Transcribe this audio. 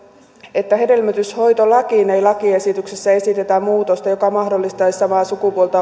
että hedelmöityshoitolakiin ei lakiesityksessä esitetä muutosta joka mahdollistaisi sen että samaa sukupuolta